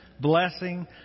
blessing